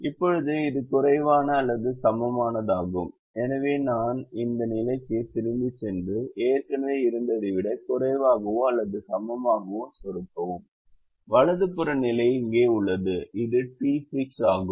இப்போது இது குறைவான அல்லது சமமானதாகும் எனவே நான் இந்த நிலைக்குத் திரும்பிச் சென்று ஏற்கனவே இருந்ததை விட குறைவாகவோ அல்லது சமமாகவோ சொடுக்கவும் வலது புற நிலை இங்கே உள்ளது இது டி 6 ஆகும்